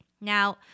Now